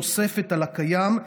נוסף על הקיים,